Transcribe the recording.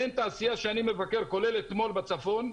אין תעשייה שאני מבקר בה, כולל אתמול בצפון,